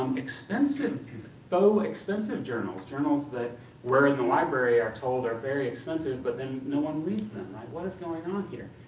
um though expensive journals journals that were in the library are told are very expensive but then no one reads them. what is going on here?